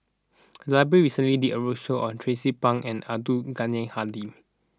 the library recently did a roadshow on Tracie Pang and Abdul Ghani Hamid